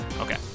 Okay